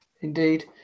Indeed